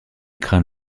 craint